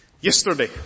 Yesterday